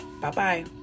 Bye-bye